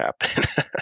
happen